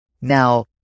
Now